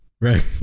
Right